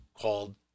called